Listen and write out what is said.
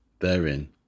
therein